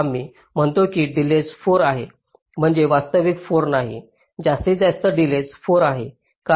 आम्ही म्हणतो की डिलेज 4 आहे म्हणजे वास्तविक 4 नाही जास्तीत जास्त डिलेज 4 आहे